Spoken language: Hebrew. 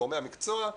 גורמי המקצוע,